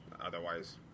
otherwise